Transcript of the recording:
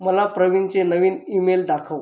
मला प्रवीनचे नवीन ईमेल दाखव